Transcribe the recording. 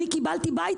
אני קיבלתי בית,